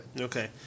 Okay